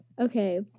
okay